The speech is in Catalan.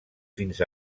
fins